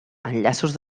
enllaços